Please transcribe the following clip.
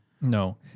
No